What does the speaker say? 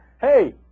Hey